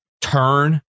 turn